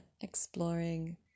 exploring